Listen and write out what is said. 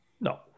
No